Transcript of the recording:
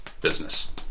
business